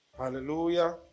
Hallelujah